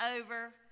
over